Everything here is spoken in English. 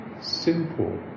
simple